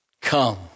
come